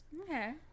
Okay